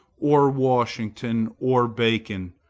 or washington, or bacon,